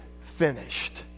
finished